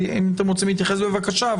בבקשה,